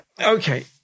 okay